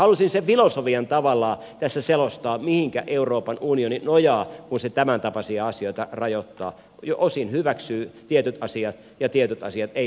halusin sen filosofian tavallaan tässä selostaa mihinkä euroopan unioni nojaa kun se tämäntapaisia asioita rajoittaa osin hyväksyy tietyt asiat ja tiettyjä asioita ei hyväksy